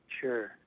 Sure